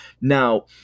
Now